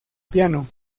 piano